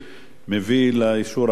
מביא לאישור הכנסת,